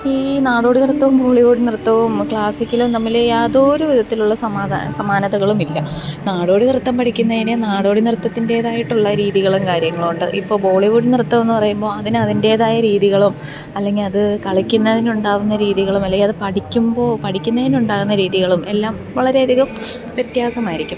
ഈ നാടോടി നൃത്തം ബോളിവുഡ്ഡ് നൃത്തവും ക്ളാസ്സിക്കലും തമ്മില് യാതോരു വിധത്തിലുള്ള സമാനതകളുമില്ല നാടോടി നൃത്തം പഠിക്കുന്നതിന് നാടോടി നൃത്തത്തിന്റേതായിട്ടുള്ള രീതികളും കാര്യങ്ങളും ഉണ്ട് ഇപ്പോള് ബോളിവുഡ്ഡ് നൃത്തമെന്നു പറയുമ്പോള് അതിനതിൻ്റേതായ രീതികളും അല്ലെങ്കില് അത് കളിക്കുന്നതിനുണ്ടാവുന്ന രീതികളും അല്ലെങ്കില് അത് പഠിക്കുമ്പോള് പഠിക്കുന്നതിനുണ്ടാവുന്ന രീതികളും എല്ലാം വളരെയധികം വ്യത്യാസമായിരിക്കും